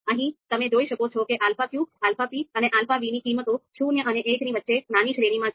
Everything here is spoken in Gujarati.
અહીં તમે જોઈ શકો છો કે alpha q alpha p અને alpha v ની કિંમતો શૂન્ય અને એક વચ્ચેની નાની શ્રેણીમાં છે